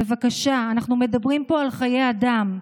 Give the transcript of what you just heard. בבקשה, אנחנו מדברים פה על חיי אדם,